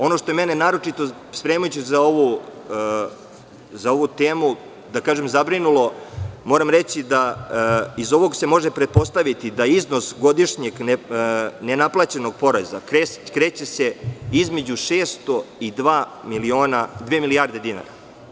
Ono što je mene, spremajući se za ovu temu, zabrinulo, moram reći, iz ovoga se može pretpostaviti da iznos godišnje ne naplaćenog poreza se kreće između 600 i dva milijarde dinara.